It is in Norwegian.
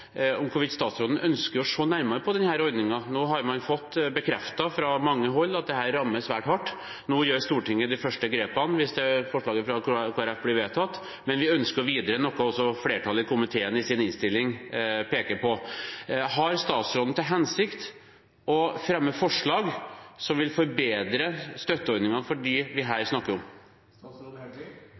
hvorvidt statsråden ønsker å se nærmere på denne ordningen. Nå har man fått bekreftet fra mange hold at dette rammer svært hardt. Nå tar Stortinget de første grepene, hvis forslaget fra Kristelig Folkeparti blir vedtatt, men vi ønsker å gå videre, noe som også flertallet i komiteen peker på i innstillingen. Har statsråden til hensikt å fremme forslag som vil forbedre støtteordningene for dem vi her snakker